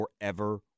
forever